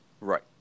Right